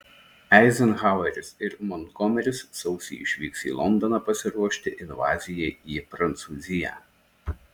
eizenhaueris ir montgomeris sausį išvyks į londoną pasiruošti invazijai į prancūziją